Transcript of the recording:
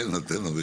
תן לו תו לו.